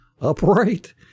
upright